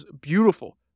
beautiful